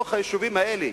ביישובים האלה.